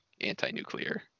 anti-nuclear